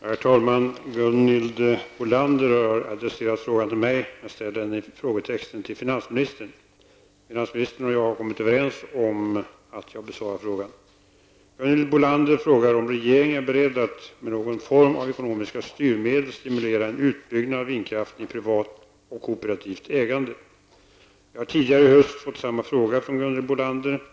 Herr talman! Gundhild Bolander har adresserat frågan till mig, men ställer den i frågetexten till finansministern. Finansministern och jag har kommit överens om att jag besvarar frågan. Gunhild Bolander frågar om regeringen är beredd att med någon form av ekonomiska styrmedel stimulera en utbyggnad av vinkraften i privat och kooperativt ägande. Jag har tidigare i höst fått samma fråga från Gunhild Bolander.